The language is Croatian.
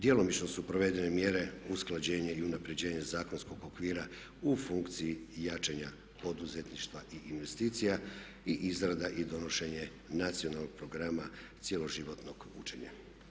Djelomično su provedene mjere usklađenje i unaprjeđenje zakonskog okvira u funkciji jačanja poduzetništva i investicija i izrada i donošenje nacionalnog programa cijeloživotnog učenja.